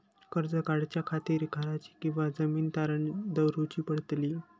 कर्ज काढच्या खातीर घराची किंवा जमीन तारण दवरूची पडतली?